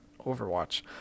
overwatch